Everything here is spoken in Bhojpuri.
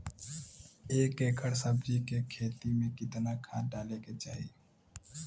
एक एकड़ सब्जी के खेती में कितना खाद डाले के चाही?